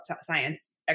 science